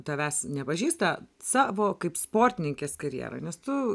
tavęs nepažįsta savo kaip sportininkės karjerą nes tu